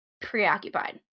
preoccupied